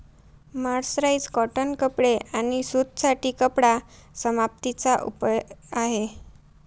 mercerise cotton कपडे आणि सूत साठी कपडा समाप्ती चा उपाय आहे